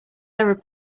error